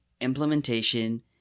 implementation